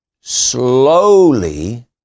slowly